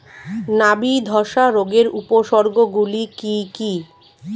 নাবি ধসা রোগের উপসর্গগুলি কি কি?